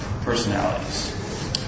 personalities